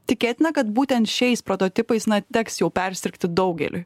tikėtina kad būtent šiais prototipais na teks jau persirgti daugeliui